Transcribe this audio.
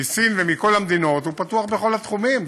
מסין ומכל המדינות, פתוח בכל התחומים.